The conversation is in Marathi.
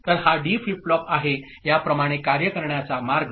तर हा डी फ्लिप फ्लॉप आहे याप्रमाणे कार्य करण्याचा मार्ग